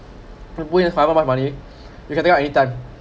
you put in finite amount of money you can take out any time